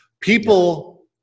People